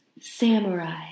samurai